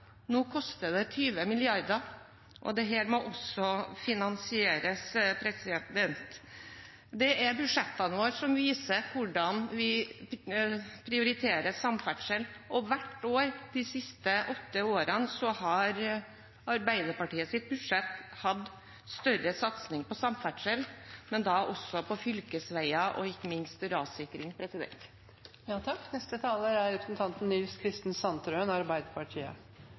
Nå koster det 20 mrd. kr. Dette må også finansieres. Det er budsjettene våre som viser hvordan vi prioriterer samferdsel. Hvert år de siste åtte årene har Arbeiderpartiets budsjett hatt større satsing på samferdsel, også på fylkesveger og ikke minst på rassikring.